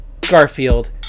Garfield